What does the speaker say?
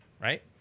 right